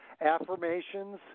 affirmations